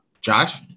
Josh